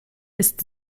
ist